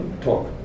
talk